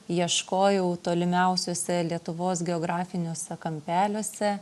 ieškojau tolimiausiuose lietuvos geografiniuose kampeliuose